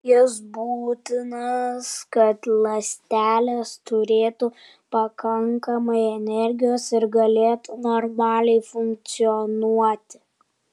jis būtinas kad ląstelės turėtų pakankamai energijos ir galėtų normaliai funkcionuoti